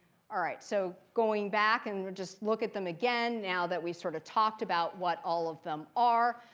all right, so going back and we'll just look at them again now that we sort of talked about what all of them are,